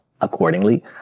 accordingly